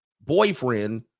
boyfriend